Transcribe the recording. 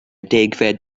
degfed